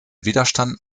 widerstand